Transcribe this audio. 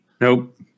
nope